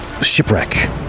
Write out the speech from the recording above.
shipwreck